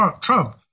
Trump